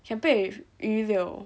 can 配 with 鱼柳